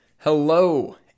Hello